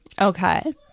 Okay